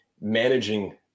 managing